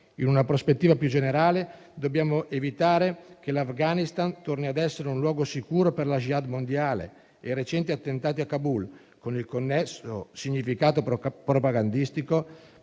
In una prospettiva più generale, dobbiamo evitare che l'Afghanistan torni a essere un luogo sicuro per la *jihad* mondiale e i recenti attentati a Kabul, con il connesso significato propagandistico,